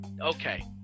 Okay